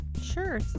Sure